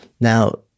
Now